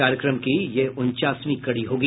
कार्यक्रम की यह उनचासवीं कड़ी होगी